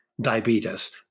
diabetes